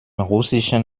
russischen